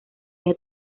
ella